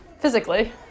physically